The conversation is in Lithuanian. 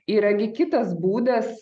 yra gi kitas būdas